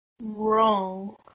Wrong